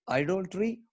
idolatry